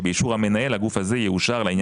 שבאישור המנהל הגוף הזה יאושר לעניין הזה.